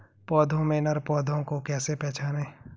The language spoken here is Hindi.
पौधों में नर पौधे को कैसे पहचानें?